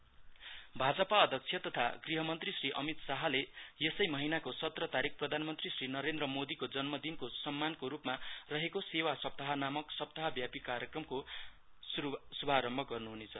सेवा सप्ताह भाजपा अध्यक्ष तथा घृह मन्त्री श्री अमित शाहले यसै महिनाको सत्र तारिक प्रधानमन्त्री श्री नरेन्द्र मोदीको जन्मदिवसको सम्मानको रुपमा रहेको सेवा सप्ताह नामक सप्ताहव्यापी कार्यक्रमको शुभारम्भ गर्नु भएको छ